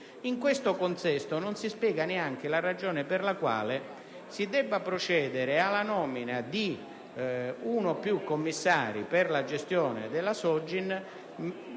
In questo contesto non si spiega neanche il motivo per il quale si debba procedere alla nomina di uno o più commissari per la gestione della Sogin,